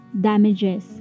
damages